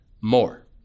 more